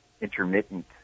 intermittent